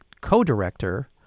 co-director